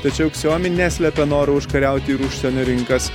tačiau xiaomi neslepia noro užkariaut ir užsienio rinkas